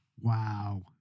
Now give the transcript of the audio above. Wow